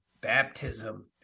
baptism